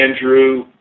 Andrew